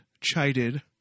chided